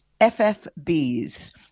FFBs